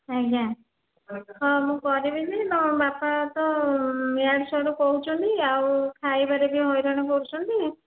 ଆଜ୍ଞା ହଁ ମୁଁ କରିବି ଯେ ତୁମ ବାପା ତ ଇଆଡ଼ୁ ସିଆଡ଼ୁ କହୁଛନ୍ତି ଆଉ ଖାଇବାରେ ବି ହଇରାଣ କରୁଛନ୍ତି